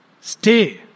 Stay